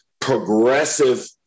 progressive